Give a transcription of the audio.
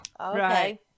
okay